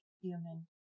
human